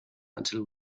until